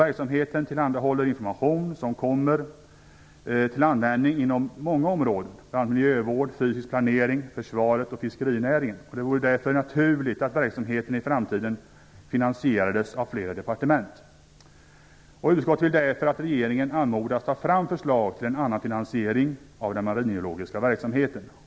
Verksamheten tillhandahåller information som kommer till användning inom många områden, bl.a. miljövård, fysisk planering, försvaret och fiskerinäringen. Det vore därför naturligt att verksamheten i framtiden finansierades av flera departement. Utskottet vill därför att regeringen anmodas att ta fram förslag till en annan finansiering av den maringeologiska verksamheten.